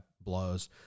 blows